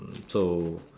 so